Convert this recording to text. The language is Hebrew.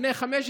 בני 15,